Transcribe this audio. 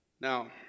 Now